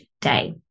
day